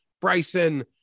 Bryson